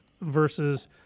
versus